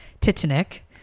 Titanic